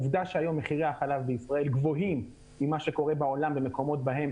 עובדה שהיום מחירי החלב בישראל גבוהים ממה שקורה בעולם במקומות שבהם